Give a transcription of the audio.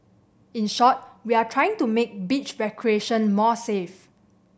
in short we are trying to make beach recreation more safe